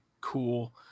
cool